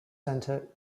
center